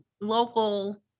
local